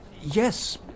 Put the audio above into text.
Yes